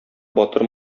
батыр